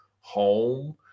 home